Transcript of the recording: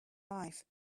life